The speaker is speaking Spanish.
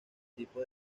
tipo